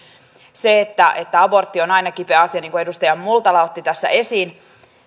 se että että abortti on aina kipeä asia niin kuin edustaja multala otti tässä esiin